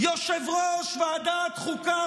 יושב-ראש ועדת החוקה,